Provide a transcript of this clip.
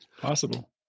possible